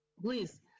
Please